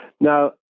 now